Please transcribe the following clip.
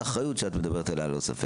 הסוג השני לא קשור למהות הפיקוח,